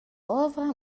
ovra